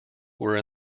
were